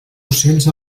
ocells